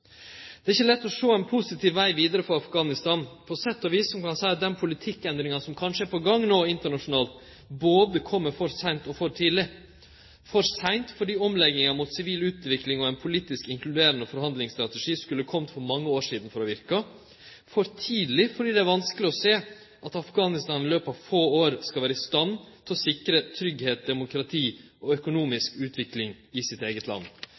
Det er ikkje lett å sjå ein positiv veg vidare for Afghanistan. På sett og vis kan ein seie at den politikkendringa som kanskje no er på gang internasjonalt, kjem både for seint og for tidleg – for seint fordi omlegginga mot sivil utvikling og ein politisk inkluderande forhandlingsstrategi skulle ha kome for mange år sidan for å verke, for tidleg fordi det er vanskeleg å sjå at Afghanistan i løpet av få år skal vere i stand til å sikre tryggleik, demokrati og økonomisk utvikling i sitt eige land.